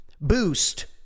boost